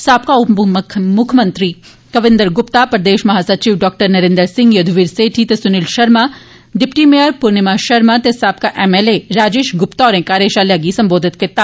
साबका उपमुक्ख मंत्री कविन्दर गुपता प्रदेश महा सचिव डॉ नरिंदर सिंह यूधवीर सेठी ते सुनील शर्मा डिप्टी मेयर पूर्णिमा शर्मा ते साबका एमएलए राजेश गुप्ता होरें कार्यशाला गी संबोधित कीता